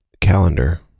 calendar